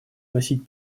вносить